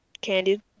candy